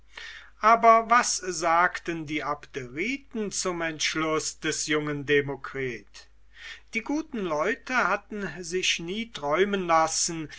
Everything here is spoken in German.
aber was sagten die abderiten zum entschlusse des jungen demokritus die guten leute hatten sich nie träumen lassen